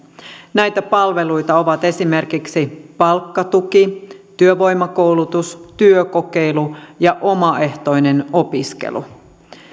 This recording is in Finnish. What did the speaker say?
näitä palveluita ovat esimerkiksi palkkatuki työvoimakoulutus työkokeilu ja omaehtoinen opiskelu